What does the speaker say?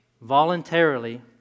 voluntarily